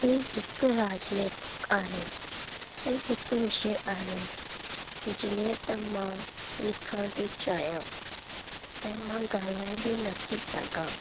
हीअ हिकु राजनैतिक आहे ऐं हिकु विषय आहे जीअं त मां लिखण थी चाहियां ऐं मां ॻाल्हाइ बि नथी सघां